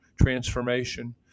transformation